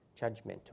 judgmental